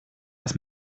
dass